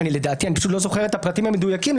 אני לא זוכר את הפרטים המדויקים,